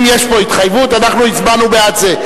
אם יש פה התחייבות, אנחנו הצבענו בעד זה.